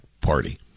Party